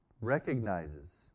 recognizes